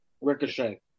Ricochet